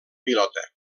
pilota